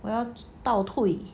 我要倒退